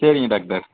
சரிங்க டாக்டர்